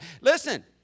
Listen